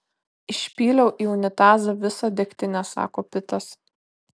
išpyliau į unitazą visą degtinę sako pitas